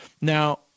Now